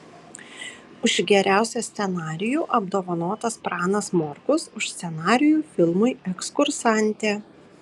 už geriausią scenarijų apdovanotas pranas morkus už scenarijų filmui ekskursantė